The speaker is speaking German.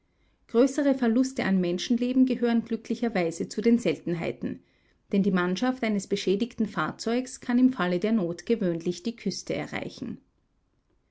größere verluste an menschenleben gehören glücklicherweise zu den seltenheiten denn die mannschaft eines beschädigten fahrzeugs kann im falle der not gewöhnlich die küste erreichen